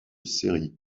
série